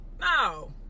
No